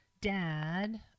dad